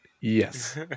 Yes